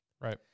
Right